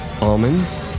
almonds